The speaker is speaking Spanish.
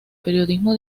periodismo